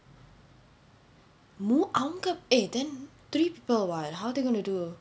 மூன்று அவங்க:moondru avnga eh then three people what how they going to do